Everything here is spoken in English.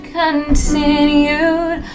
continued